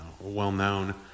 well-known